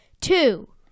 Two